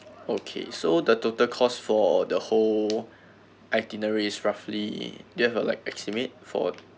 okay so the total cost for the whole itineraries roughly do you have a like estimate for